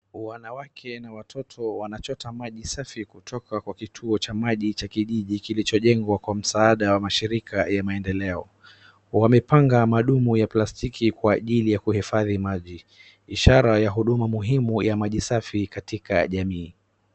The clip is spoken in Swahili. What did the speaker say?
Wanawake na watoto wanachota maji safi kutoka kwa kituo cha maji cha kijiji kilichojengwa kwa msaada ya mashirika ya maendeleo, wamepanga madumu ya plastiki kwa ajili ya kuhifadhi maji, ishara ya huduma muhimu ya maji safi katika jamii.